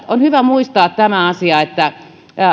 on hyvä muistaa tämä asia että